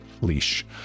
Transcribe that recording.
leash